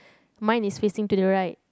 mine is facing to the right